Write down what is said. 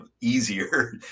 easier